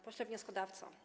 Pośle Wnioskodawco!